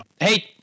Hey